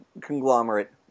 conglomerate